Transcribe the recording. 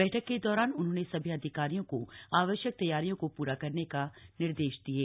बैठक के दौरान उन्होंने सभी अधिकारियों को आवश्यक तैयारियों को प्रा करने का निर्देश दिये